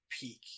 peak